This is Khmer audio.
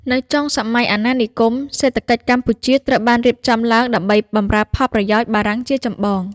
នៅចុងសម័យអាណានិគម សេដ្ឋកិច្ចកម្ពុជាត្រូវបានរៀបចំឡើងដើម្បីបម្រើផលប្រយោជន៍បារាំងជាចម្បង។